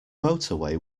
motorway